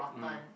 mm